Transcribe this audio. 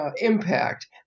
impact